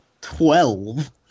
Twelve